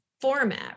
format